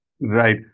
Right